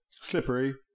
slippery